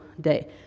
day